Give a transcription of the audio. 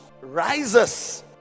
rises